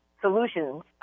solutions